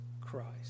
Christ